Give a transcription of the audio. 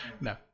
No